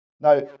Now